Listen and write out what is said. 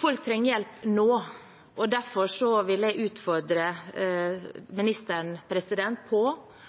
Folk trenger hjelp nå. Derfor vil jeg utfordre ministeren på